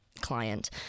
client